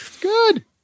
good